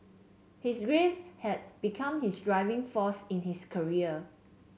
his grief had become his driving force in his career